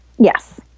yes